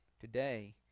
Today